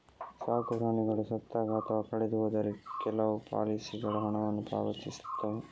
ಸಾಕು ಪ್ರಾಣಿಗಳು ಸತ್ತಾಗ ಅಥವಾ ಕಳೆದು ಹೋದರೆ ಕೆಲವು ಪಾಲಿಸಿಗಳು ಹಣವನ್ನು ಪಾವತಿಸುತ್ತವೆ